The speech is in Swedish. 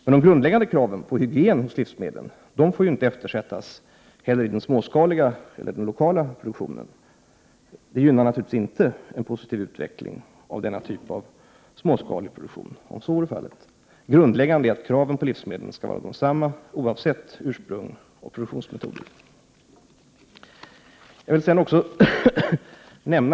Men de grundläggande kraven på hygien i samband med hantering av livsmedel får inte heller eftersättas i den småskaliga lokala produktionen. Det gynnar inte en positiv utveckling av denna typ av småskalig produktion. Det grundläggande är att samma krav skall ställas på livsmedlen oavsett ursprung och produktionsmetoder.